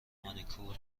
مانیکور